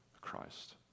Christ